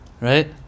right